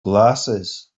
glasses